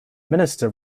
minister